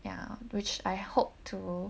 ya which I hope to